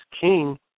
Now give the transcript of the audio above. king